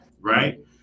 right